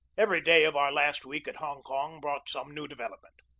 every day of our last week at hong kong brought some new development.